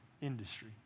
industry